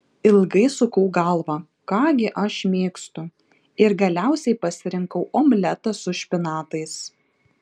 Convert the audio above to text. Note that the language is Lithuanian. ilgai sukau galvą ką gi aš mėgstu ir galiausiai pasirinkau omletą su špinatais